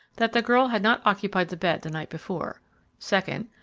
that the girl had not occupied the bed the night before second,